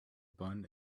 bun